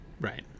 right